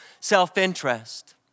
self-interest